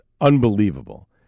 unbelievable